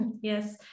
Yes